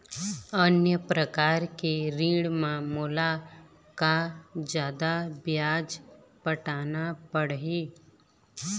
अन्य प्रकार के ऋण म मोला का जादा ब्याज पटाना पड़ही?